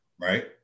right